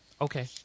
Okay